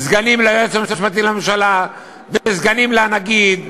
סגנים ליועץ המשפטי לממשלה וסגנים לנגיד,